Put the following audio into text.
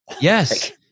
Yes